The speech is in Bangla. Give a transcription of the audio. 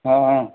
হ্যাঁ হ্যাঁ